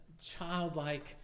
childlike